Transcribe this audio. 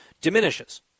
diminishes